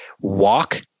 walk